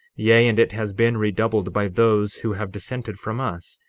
yea, and it has been redoubled by those who have dissented from us,